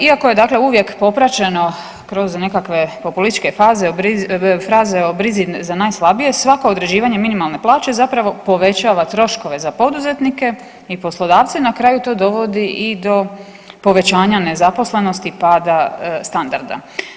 Iako je dakle uvijek popraćeno kroz nekakve populističke fraze o brzi za najslabije, svako određivanje minimalne plaće zapravo povećava troškove za poduzetnike i poslodavce i na kraju to dovodi i do povećanja nezaposlenosti i pada standarda.